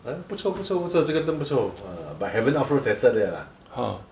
!huh! 不错不错不错这更不错 but haven't up front can sell yet ah